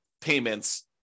payments